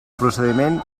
procediment